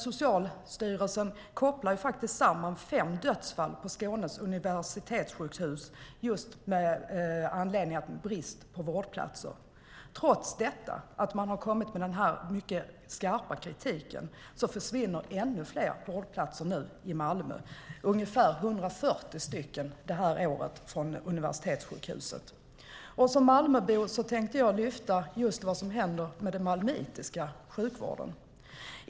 Socialstyrelsen kopplar ju samman fem dödsfall på Skånes universitetssjukhus med brist på vårdplatser. Trots denna mycket skarpa kritik försvinner nu ännu fler vårdplatser i Malmö. Det handlar i år om ungefär 140 platser från universitetssjukhuset. Som Malmöbo tänkte jag lyfta fram just vad som händer med sjukvården i Malmö.